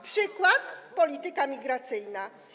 Przykład: polityka migracyjna.